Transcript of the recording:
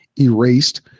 erased